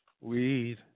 weed